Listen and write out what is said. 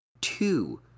two